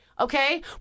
Okay